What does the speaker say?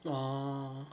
oh